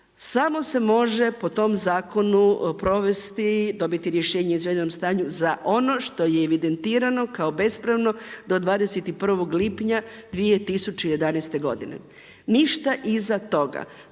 samo se može po tom zakonu provesti, dobiti rješenje o izvedenom stanju za ono što je evidentirano kao bespravno do 21. lipnja 2011. godine, ništa iza toga.